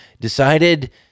decided